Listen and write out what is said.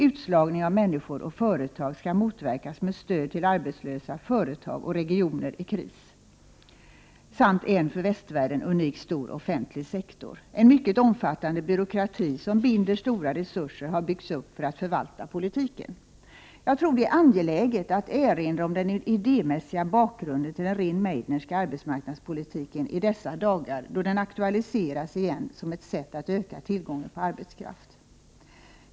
Utslagningen av människor skall motverkas med stöd till arbetslösa, företag och regioner i kris samt en för västvärlden unikt stor offentlig sektor. En mycket omfattande byråkrati som binder stora resurser har byggts upp för att förvalta politiken. Jag tror att det är angeläget att erinra om den idémässiga bakgrunden till den Rehn-Meidnerska arbetsmarknadspolitiken i dessa dagar, då den har aktualiserats igen som ett sätt att öka tillgången på arbetskraft.